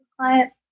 client